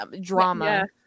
Drama